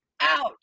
ouch